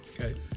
Okay